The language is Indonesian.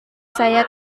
saya